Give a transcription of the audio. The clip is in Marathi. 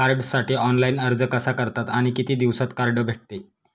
कार्डसाठी ऑनलाइन अर्ज कसा करतात आणि किती दिवसांत कार्ड भेटते?